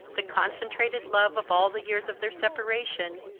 the concentrated love of all the years of their separation,